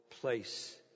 place